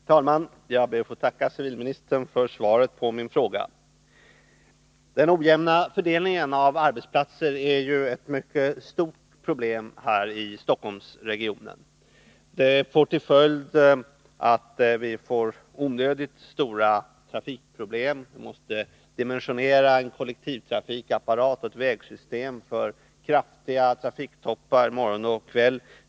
Herr talman! Jag ber att få tacka civilministern för svaret på min fråga. Den ojämna fördelningen av arbetsplatser är ett mycket stort problem här i Stockholmsregionen. Den har till följd att vi får onödigt stora trafikproblem. Vi måste dimensionera en kollektivtrafikapparat och ett vägsystem för kraftiga trafiktoppar morgon och kväll.